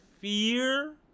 fear